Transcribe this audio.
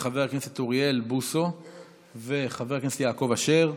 חבר הכנסת אוריאל בוסו וחבר הכנסת יעקב אשר.